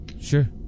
Sure